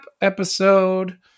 episode